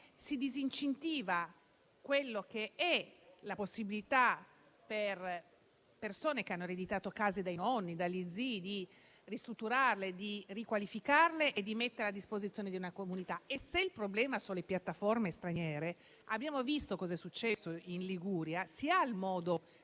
disincentiva la possibilità, per persone che hanno ereditato case dai nonni o dagli zii, di ristrutturarle, di riqualificarle e di metterle a disposizione di una comunità. Se il problema sono le piattaforme straniere, abbiamo visto cosa è accaduto in Liguria: il modo